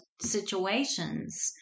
situations